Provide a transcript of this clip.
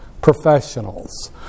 professionals